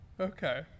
Okay